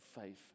faith